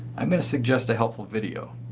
i'm going to suggest a helpful video.